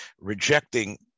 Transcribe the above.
rejecting